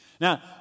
Now